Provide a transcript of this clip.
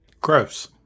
Gross